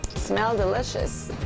smell delicious.